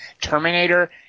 Terminator